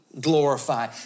glorify